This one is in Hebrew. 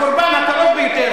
הקורבן הקרוב ביותר,